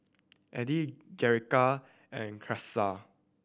Elida Jerrica and Karissa